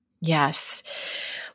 Yes